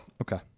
Okay